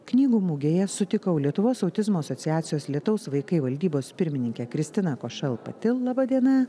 knygų mugėje sutikau lietuvos autizmo asociacijos lietaus vaikai valdybos pirmininkę kristina košel pati laba diena